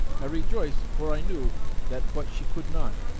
i rejoiced, for i knew that what she could not,